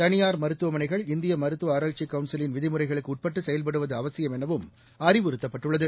தனியார்மருத்துவமனைகள் இந்தியமருத்துவஆராய்ச்சிக்கவுன்சிலின் விதிமுறைகளுக்குஉட்பட்டுசெயல்படுவதுஅவசியம்எனவும் அறிவுறுத்தப்பட்டுள்ளது